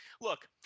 look